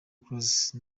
close